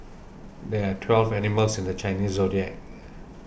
there are twelve animals in the Chinese zodiac